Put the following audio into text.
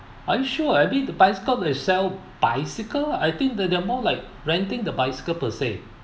are you sure ah I mean the bicycle itself bicycle I think the the more like renting the bicycle per se